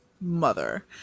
mother